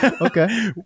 okay